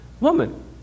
woman